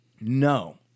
No